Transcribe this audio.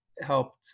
helped